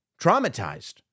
traumatized